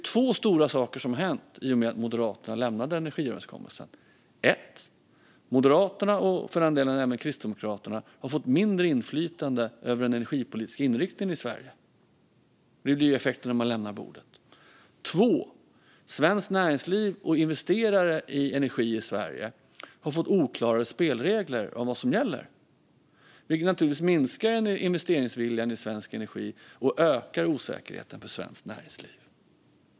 Två stora saker har hänt i och med att Moderaterna har lämnat energiöverenskommelsen. För det första har Moderaterna, och även Kristdemokraterna, fått mindre inflytande över den energipolitiska inriktningen i Sverige. Det blir effekten när man lämnar bordet. För det andra har svenskt näringsliv och investerare i energi i Sverige fått oklarare spelregler för vad som gäller, vilket givetvis minskar investeringsviljan i svensk energi och ökar osäkerheten för svenskt näringsliv.